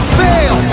fail